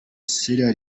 sierra